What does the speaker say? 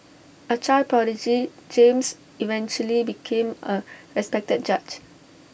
A child prodigy James eventually became A respected judge